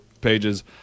pages